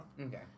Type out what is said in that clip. Okay